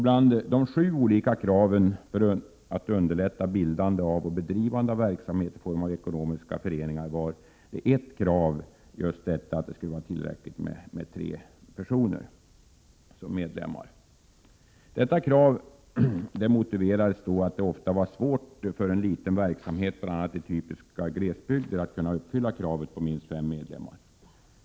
Bland de sju olika förslagen om att underlätta bildande och bedrivande av verksamhet i form av ekonomisk förening var ett av dem att det alltså skulle vara tillräckligt med tre personer som medlemmar. Detta motiverades med att det ofta kan vara svårt för en liten verksamhet — bl.a. i typiska glesbygder — att kunna uppfylla kravet på minst fem medlemmar.